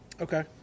Okay